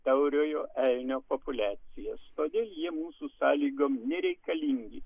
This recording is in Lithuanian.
tauriojo elnio populiacijas todėl jie mūsų sąlygom nereikalingi